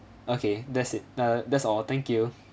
okay that's it uh that's all thank you